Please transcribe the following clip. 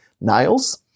nails